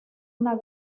una